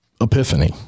epiphany